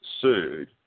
sued